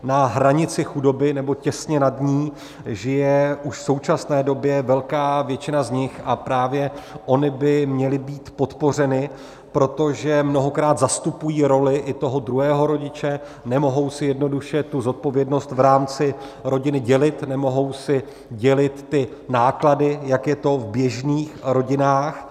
Na hranici chudoby nebo těsně nad ní žije už v současné době velká většina z nich a právě ony by měly být podpořeny, protože mnohokrát zastupují roli i toho druhého rodiče, nemohou si jednoduše tu zodpovědnost v rámci rodiny dělit, nemohou si dělit ty náklady, jak je to v běžných rodinách.